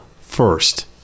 first